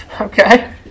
Okay